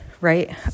right